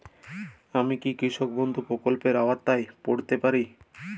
আমি কি কৃষক বন্ধু প্রকল্পের আওতায় পড়তে পারি?